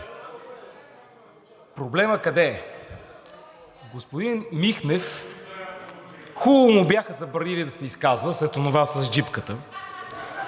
Проблемът къде е? На господин Михнев хубаво му бяха забранили да се изказва след онова с джипката.